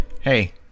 Hey